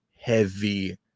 heavy